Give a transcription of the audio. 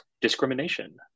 discrimination